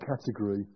category